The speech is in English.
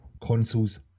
Consoles